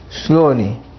slowly